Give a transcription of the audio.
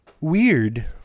weird